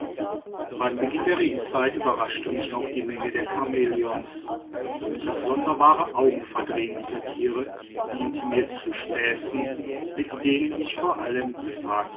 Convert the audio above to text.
beim beginn der regenzeit überraschte mich auch die menge der chamäleons das sonderbare augenverdrehen dieser tiere diente mir zu späßen mit denen ich vor allem die